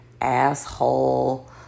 asshole